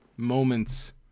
moments